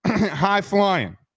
high-flying